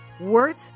worth